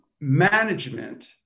management